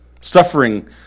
Suffering